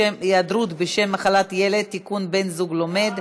תודה לשר אקוניס.